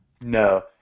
No